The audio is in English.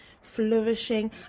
flourishing